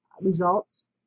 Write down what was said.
results